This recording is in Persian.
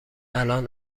الان